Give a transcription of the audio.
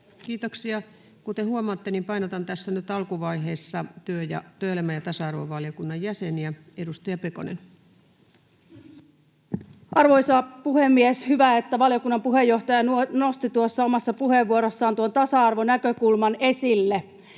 Kiitoksia. — Kuten huomaatte, niin painotan tässä nyt alkuvaiheessa työelämä- ja tasa-arvovaliokunnan jäseniä. — Edustaja Pekonen. Arvoisa puhemies! Hyvä, että valiokunnan puheenjohtaja nosti tuossa omassa puheenvuorossaan tasa-arvonäkökulman esille.